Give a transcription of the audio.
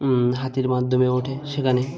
হাতির মাধ্যমে ওঠে সেখানে